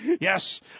Yes